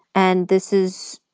and this is